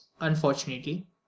unfortunately